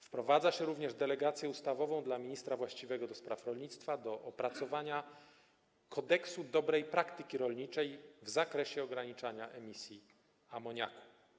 Wprowadza się również delegację ustawową dla ministra właściwego do spraw rolnictwa do opracowania kodeksu dobrej praktyki rolniczej w zakresie ograniczania emisji amoniaku.